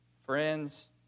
friends